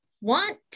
want